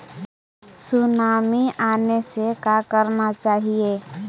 Tsunami आने से का करना चाहिए?